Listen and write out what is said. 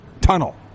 tunnel